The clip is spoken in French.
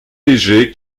léger